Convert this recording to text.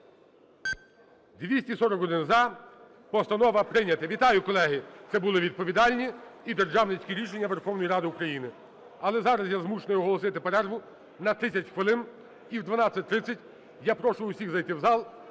За-241 Постанова прийнята. Вітаю, колеги! Це були відповідальні і державницькі рішення Верховної Ради України. Але зараз я змушений оголосити перерву на 30 хвилин. І в 12:30 я прошу всіх зайти в зал